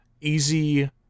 easy